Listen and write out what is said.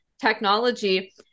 technology